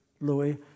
Louis